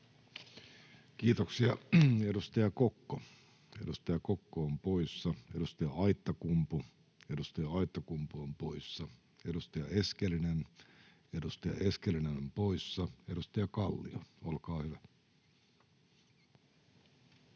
Kiitoksia. — Edustaja Kokko on poissa, edustaja Aittakumpu on poissa, edustaja Eskelinen on poissa. — Edustaja Kallio, olkaa hyvä.